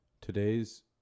Today's